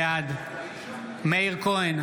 בעד מאיר כהן,